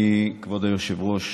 אני, כבוד היושב-ראש,